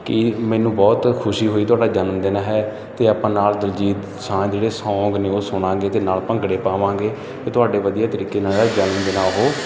ਕਿ ਮੈਨੂੰ ਬਹੁਤ ਖੁਸ਼ੀ ਹੋਈ ਤੁਹਾਡਾ ਜਨਮਦਿਨ ਹੈ ਅਤੇ ਆਪਾਂ ਨਾਲ ਦਿਲਜੀਤ ਦੁਸਾਂਝ ਜਿਹੜੇ ਸੌਂਗ ਨੇ ਉਹ ਸੁਣਾਂਗੇ ਅਤੇ ਨਾਲ ਭੰਗੜੇ ਪਾਵਾਂਗੇ ਅਤੇ ਤੁਹਾਡੇ ਵਧੀਆ ਤਰੀਕੇ ਨਾਲ ਜਨਮਦਿਨ ਉਹ